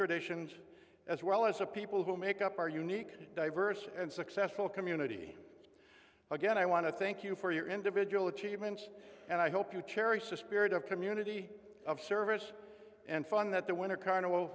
traditions as well as a people who make up our unique diverse and successful community again i want to thank you for your individual achievements and i hope you cherry sis period of community service and fun that the winter carnival